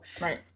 right